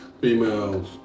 females